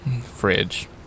Fridge